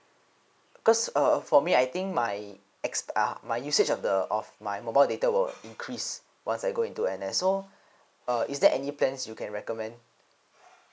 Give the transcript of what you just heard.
because uh uh for me I think my ex uh my usage of the of my mobile data will increased once I go into N_S so uh is there any plans you can recommend